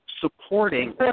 supporting